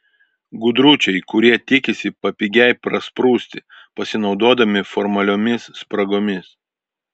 gudručiai kurie tikisi papigiai prasprūsti pasinaudodami formaliomis spragomis